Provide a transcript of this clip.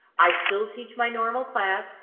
i still teach my normal class.